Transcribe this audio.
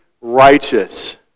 righteous